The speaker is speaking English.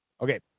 Okay